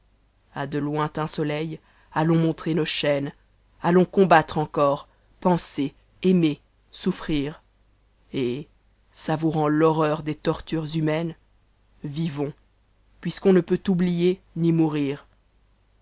a de lointains sotehs allons montrer nos chalnes allons combattre encor penser aimer sonartr kt savourant t'horreur des tortures hmmatnes vivons puisqu'on ne peut oublier ni mewir